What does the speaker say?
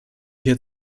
hier